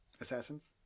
assassins